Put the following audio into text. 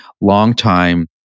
longtime